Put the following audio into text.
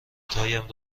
هایم